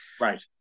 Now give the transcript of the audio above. Right